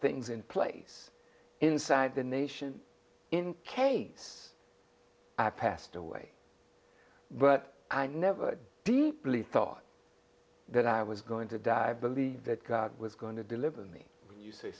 things in place inside the nation in case i passed away but i never deeply thought that i was going to die believe that god was going to deliver me you say